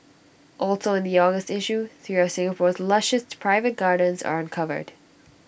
also in the August issue three of Singapore's lushest private gardens are uncovered